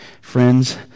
Friends